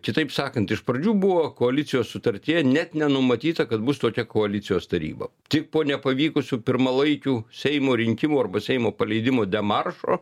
kitaip sakant iš pradžių buvo koalicijos sutartyje net nenumatyta kad bus tokia koalicijos taryba tik po nepavykusių pirmalaikių seimo rinkimų arba seimo paleidimo demaršo